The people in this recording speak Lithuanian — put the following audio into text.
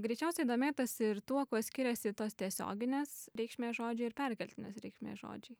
greičiausiai domėtasi ir tuo kuo skiriasi tos tiesioginės reikšmės žodžiai ir perkeltinės reikšmės žodžiai